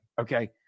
okay